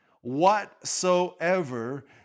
Whatsoever